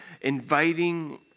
inviting